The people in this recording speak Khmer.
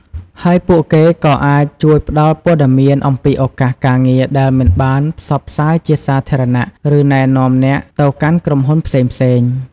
ហើយពួកគេក៏អាចជួយផ្ដល់ព័ត៌មានអំពីឱកាសការងារដែលមិនបានផ្សព្វផ្សាយជាសាធារណៈ ឬណែនាំអ្នកទៅកាន់ក្រុមហ៊ុនផ្សេងៗ។